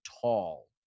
tall